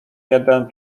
jeden